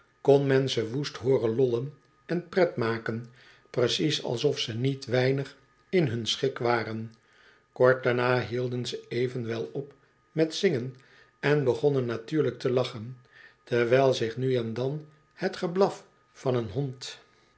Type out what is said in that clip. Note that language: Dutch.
kon men ze woest hooren lollen en pret maken precies alsof ze niet weinig in hun schik waren kort daarna hielden ze evenwel op met zingen en begonnen natuurlijk te lachen terwijl zich nu en dan het geblaf van een hond